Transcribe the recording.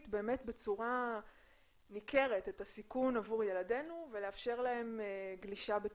בצורה ניכרת את הסיכון עבור ילדינו ולאפשר להם גלישה בטוחה.